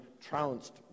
trounced